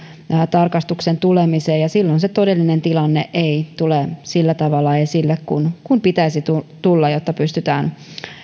tarkastuksen tulemiseen ja silloin se todellinen tilanne ei tule sillä tavalla esille kuin pitäisi tulla tulla jotta pystytään